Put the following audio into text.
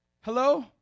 Hello